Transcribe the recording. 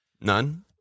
None